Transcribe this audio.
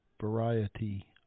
variety